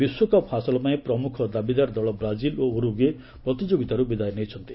ବିଶ୍ୱକପ୍ ହାସଲପାଇଁ ପ୍ରମୁଖ ଦାବିଦାର ଦଳ ବ୍ରାଜିଲ୍ ଓ ଉରୁଗୁଏ ପ୍ରତିଯୋଗିତାରୁ ବିଦାୟ ନେଇଛନ୍ତି